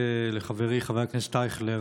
לחברי חבר הכנסת אייכלר,